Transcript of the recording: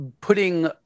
putting